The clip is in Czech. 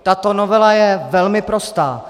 Tato novela je velmi prostá.